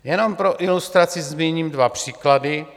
Jenom pro ilustraci zmíním dva příklady.